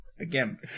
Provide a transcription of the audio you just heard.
Again